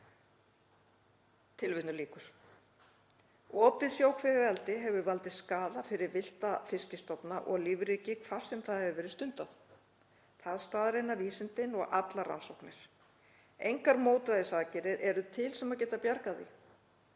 fyrir sig.“ Opið sjókvíaeldi hefur valdið skaða fyrir villta fiskstofna og lífríki, hvar sem það hefur verið stundað. Það staðreyna vísindin og allar rannsóknir. Engar mótvægisaðgerðir eru til sem geta bjargað því.